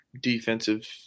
defensive